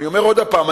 אני אומר עוד הפעם,